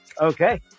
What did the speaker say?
Okay